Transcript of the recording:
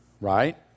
right